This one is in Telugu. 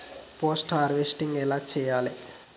పోస్ట్ హార్వెస్టింగ్ ఎలా చెయ్యాలే?